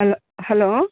hello hello